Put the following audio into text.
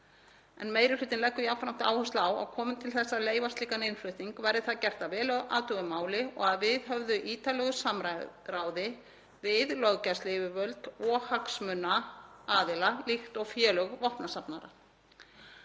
Meiri hlutinn leggur jafnframt áherslu á að komi til þess að leyfa slíkan innflutning verði það gert að vel athuguðu máli og að viðhöfðu ítarlegu samráði við löggæsluyfirvöld og hagsmunaaðila, líkt og félög vopnasafnara.